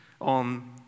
on